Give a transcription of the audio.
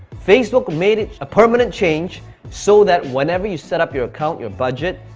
facebook made it a permanent change so that whenever you set up your account, your budget,